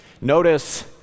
Notice